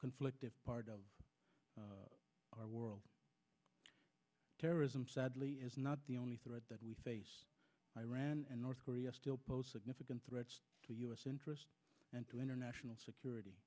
conflict if part of our world terrorism sadly is not the only threat that we face iran and north korea still pose significant threats to u s interests and to international security